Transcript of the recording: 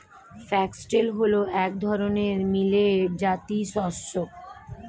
foxtail হল এক ধরনের মিলেট জাতীয় শস্য